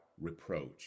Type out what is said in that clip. reproach